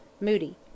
Moody